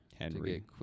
Henry